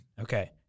Okay